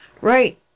Right